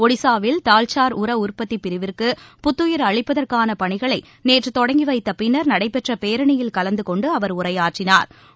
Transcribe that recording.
ஒடிஸாவில் தால்ச்சா் உர உற்பத்திப் பிரிவிற்கு புத்துயிர் அளிப்பதற்கான பணிகளை நேற்று தொடங்கி வைத்த பின்னா் நடைபெற்ற பேரணியில் கலந்து கொண்டு அவா் உரையாற்றினாா்